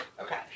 Okay